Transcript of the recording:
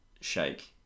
Shake